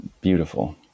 beautiful